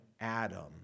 Adam